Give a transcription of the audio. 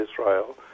Israel